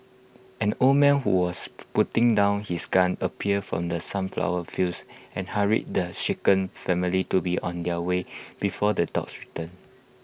an old man who was putting down his gun appeared from the sunflower fields and hurried the shaken family to be on their way before the dogs return